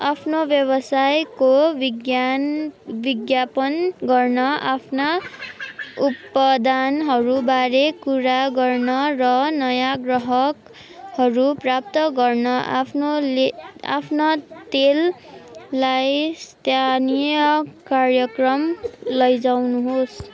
आफ्नो व्यवसायको विज्ञान विज्ञापन गर्न आफ्ना उपदानहरू बारे कुरा गर्न र नयाँ ग्राहकहरू प्राप्त गर्न आफ्नोले आफ्ना तेललाई स्थानीय कार्यक्रम लैजाउनुहोस्